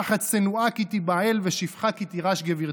תחת שנואה כי תבעל, ושפחה כי תירש גברתה".